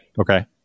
Okay